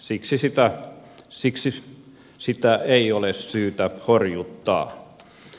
siksi sitä ei ole syytä horjuttaa